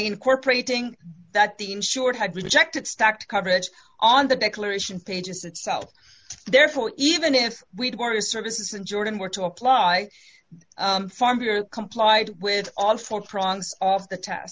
incorporating that the insured had rejected stacked coverage on the declaration pages itself therefore even if we did order services in jordan were to apply complied with all four provinces off the test